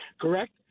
Correct